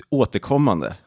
återkommande